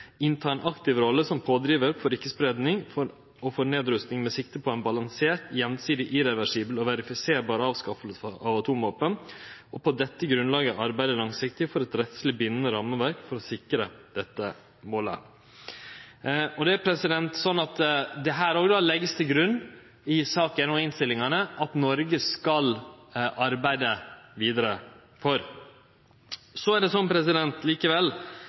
innta en aktiv rolle som pådriver for ikke-spredning og for nedrustning med sikte på en balansert, gjensidig, irreversibel og verifiserbar avskaffelse av atomvåpen, og på dette grunnlaget arbeide langsiktig for et rettslig bindende rammeverk for å sikre dette målet.» Det er slik at det her òg vert lagt til grunn, i saka og i innstillingane, at Noreg skal arbeide vidare for dette. Likevel er det